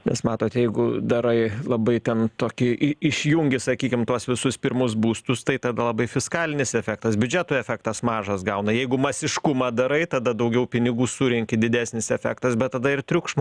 nes matot jeigu darai labai ten tokį i išjungi sakykim tuos visus pirmus būstus tai tada labai fiskalinis efektas biudžetui efektas mažas gauna jeigu masiškumą darai tada daugiau pinigų surenki didesnis efektas bet tada ir triukšmo